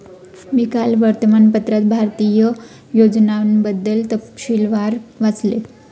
मी काल वर्तमानपत्रात भारतीय योजनांबद्दल तपशीलवार वाचले